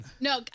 No